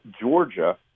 Georgia